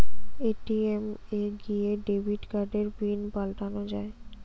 ATM এ গিয়ে debit কার্ডের পিন পাল্টানো যায়